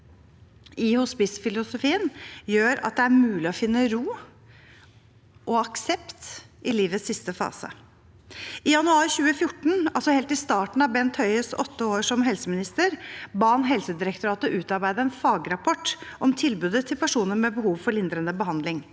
i hospicefilosofien, gjør at det er mulig å finne ro og aksept i livets siste fase. I januar 2014, altså helt i starten av sine åtte år som helseminister, ba Bent Høie Helsedirektoratet om å utarbeide en fagrapport om tilbudet til personer med behov for lindrende behandling.